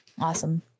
awesome